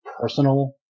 personal